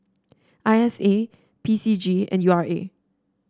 I S A P C G and U R A